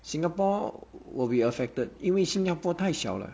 singapore will be affected 因为新加坡太小了